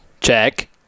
Check